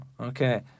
okay